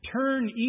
Turn